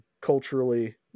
culturally